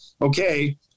okay